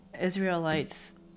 Israelites